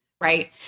right